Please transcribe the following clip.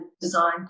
design